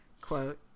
quote